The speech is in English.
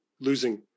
losing